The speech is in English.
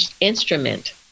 instrument